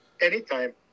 Anytime